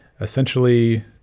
essentially